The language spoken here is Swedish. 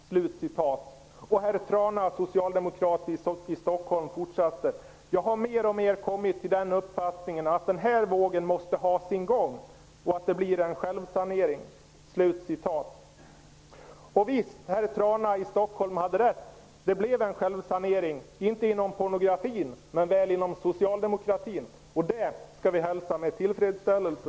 Herr Trana, socialdemokrat i Stockholm, fortsätter: ''Jag har mer och mer kommit till den uppfattningen att den här vågen måste ha sin gång, och att det blir en självsanering.'' Och visst, herr Trana i Stockholm hade rätt. Det blev en självsanering, inte inom pornografin men väl inom socialdemokratin, och det skall vi hälsa med tillfredsställelse.